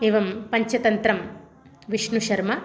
एवं पञ्चतन्त्रं विष्णुशर्मा